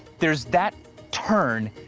there's that turn,